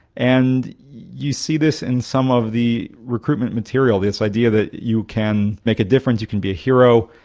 and you see this in some of the recruitment material, this idea that you can make a difference, you can be a hero,